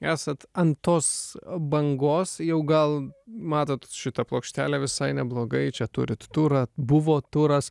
esat ant tos bangos jau gal matot šitą plokštelę visai neblogai čia turit turą buvo turas